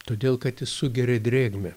todėl kad jis sugeria drėgmę